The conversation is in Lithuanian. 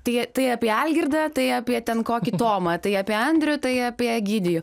tai tai apie algirdą tai apie ten kokį tomą tai apie andrių tai apie egidijų